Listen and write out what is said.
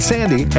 Sandy